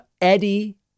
Eddie